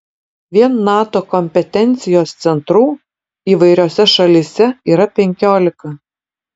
vien nato kompetencijos centrų įvairiose šalyse yra penkiolika